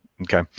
Okay